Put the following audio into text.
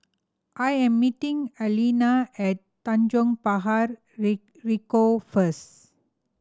I am meeting Alaina at Tanjong Ricoh first